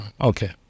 Okay